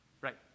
Right